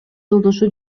жолдошу